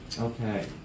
Okay